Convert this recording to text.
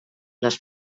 les